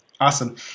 Awesome